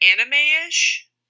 anime-ish